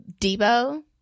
Debo